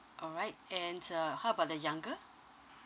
all right and uh how about the younger